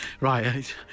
Right